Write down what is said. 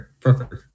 perfect